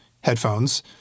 headphones